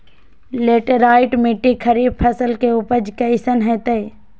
Laterite मिट्टी खरीफ फसल के उपज कईसन हतय?